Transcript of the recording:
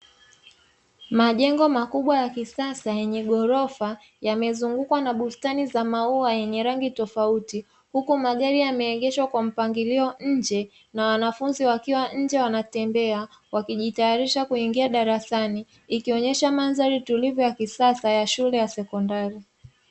Majengo makubwa ya kisasa yenye ghorofa yamezungukwa na bustani za maua zenye rangi tofauti, huku magari yameegeshwa kwa mpangilio nje, na wanafunzi wakiwa nje wanatembea wakijitayarisha kuingia darasani, ikionesha ni mandhari tuklivu ya kisasa ya shule ya sekondari.